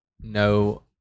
no